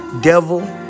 devil